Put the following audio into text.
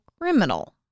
criminal